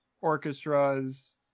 orchestras